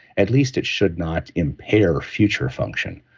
at least it should not impair future function.